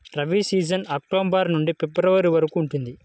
rabi season October నుండి February వరకు ఉంటుంది